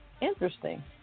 Interesting